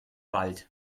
wald